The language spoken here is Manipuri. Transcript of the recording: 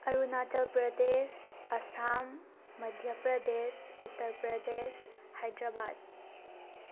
ꯑꯔꯨꯅꯥꯆꯜ ꯄ꯭ꯔꯗꯦꯁ ꯑꯁꯥꯝ ꯃꯙ꯭ꯌꯥ ꯄ꯭ꯔꯗꯦꯁ ꯎꯠꯇꯔ ꯄ꯭ꯔꯗꯦꯁ ꯍꯥꯏꯗ꯭ꯔꯕꯥꯗ